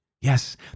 Yes